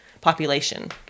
population